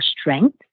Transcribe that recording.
strength